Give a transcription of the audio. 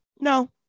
No